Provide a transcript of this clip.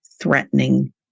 threatening